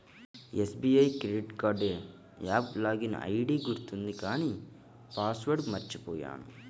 SBI credit card app login ID గుర్తుంది కానీ password మర్చిపొయ్యాను